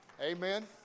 Amen